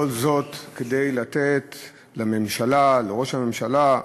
וכל זאת כדי לתת לממשלה, לראש הממשלה,